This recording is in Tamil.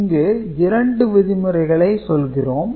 இங்கு இரண்டு விதிமுறைகளை சொல்கிறோம்